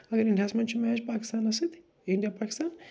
اگر انڈِیاہس منٛز چھُ میچ پاکِستانس سۭتۍ انٛڈیا پاکِستان